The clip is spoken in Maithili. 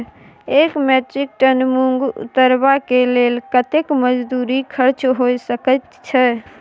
एक मेट्रिक टन मूंग उतरबा के लेल कतेक मजदूरी खर्च होय सकेत छै?